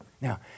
Now